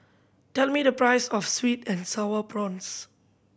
tell me the price of sweet and Sour Prawns